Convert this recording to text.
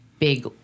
big